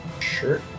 Sure